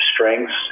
strengths